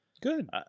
Good